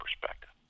perspective